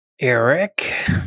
Eric